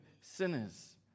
sinners